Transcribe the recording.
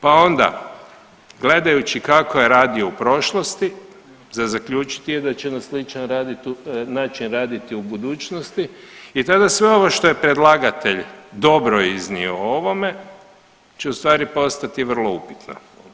Pa onda gledajući kako je radio u prošlosti za zaključiti je da će na sličan način raditi u budućnosti i tada sve ovo što je predlagatelj dobro iznio o ovome će ustvari postati vrlo upitno.